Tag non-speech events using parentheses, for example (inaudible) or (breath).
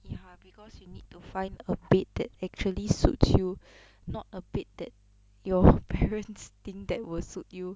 ya because you need to find a bed that actually suits you not a bed that your (breath) parents (laughs) think that will suit you